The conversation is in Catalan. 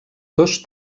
dos